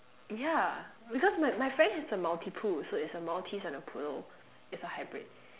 ya because because my my friend has a maltipoo so it's a Maltese and a poodle it's a hybrid